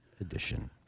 edition